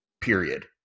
period